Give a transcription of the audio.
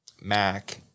Mac